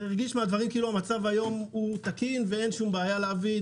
מהדברים הרגיש כאילו המצב היום הוא תקין ואין שום בעיה להביא.